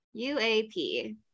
UAP